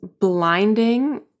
blinding